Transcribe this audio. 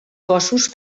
cossos